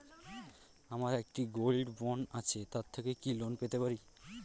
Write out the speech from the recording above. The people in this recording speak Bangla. আমার একটি গোল্ড বন্ড আছে তার থেকে কি লোন পেতে পারি?